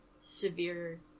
severe